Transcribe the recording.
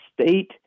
State